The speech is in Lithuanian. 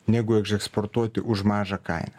negu užeksportuoti už mažą kainą